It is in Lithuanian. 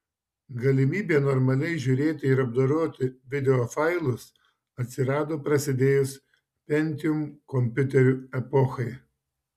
galimybė normaliai žiūrėti ir apdoroti videofailus atsirado prasidėjus pentium kompiuterių epochai